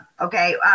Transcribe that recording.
okay